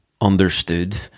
understood